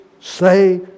say